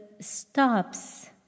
stops